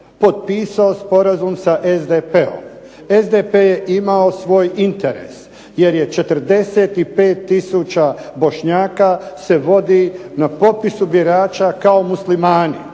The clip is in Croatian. potpisao sporazum sa SDP-om. SDP je imao svoj interes, jer je 45 tisuća Bošnjaka se vodi na popisu birača kao muslimani.